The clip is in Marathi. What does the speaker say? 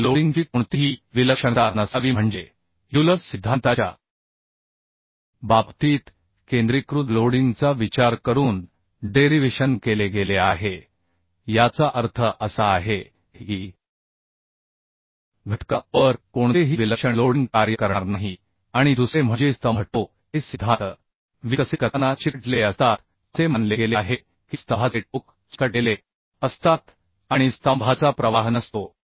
मग लोडिंगची कोणतीही विलक्षणता नसावी म्हणजे युलर सिद्धांताच्याबाबतीत केंद्रीकृत लोडिंगचा विचार करून डेरिव्हेशन केले गेले आहे याचा अर्थ असा आहे की घटका वर कोणतेही विलक्षण लोडिंग कार्य करणार नाही आणि दुसरे म्हणजे स्तंभ टोक हे सिद्धांत विकसित करताना चिकटलेले असतात असे मानले गेले आहे की स्तंभाचे टोक चिकटलेले असतात आणि स्तंभाचा प्रवाह नसतो